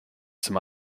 some